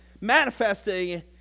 manifesting